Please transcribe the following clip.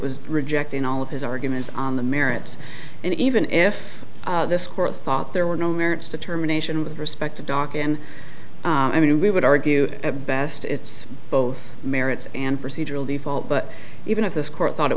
was rejecting all of his arguments on the merits and even if this court thought there were no merits determination with respect to doc and i mean we would argue at best it's both merits and procedural default but even if this court thought it